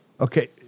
Okay